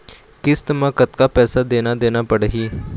किस्त म कतका पैसा देना देना पड़ही?